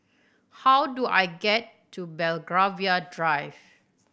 how do I get to Belgravia Drive